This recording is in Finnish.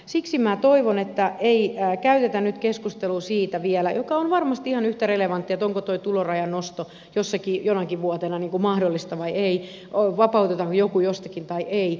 siksi minä toivon että ei käydä nyt keskustelua siitä vielä mikä on varmasti ihan yhtä relevanttia onko tuo tulorajan nosto jossakin jonakin vuotena mahdollista vai ei vapautetaanko joku jostakin vai ei